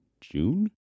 June